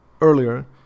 earlier